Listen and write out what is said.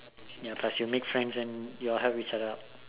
ya plus you make friends y'all help each other out